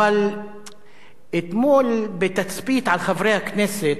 אבל אתמול, בתצפית על חברי הכנסת,